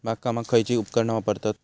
बागकामाक खयची उपकरणा वापरतत?